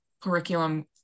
curriculum